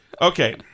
Okay